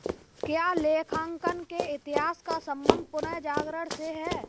क्या लेखांकन के इतिहास का संबंध पुनर्जागरण से है?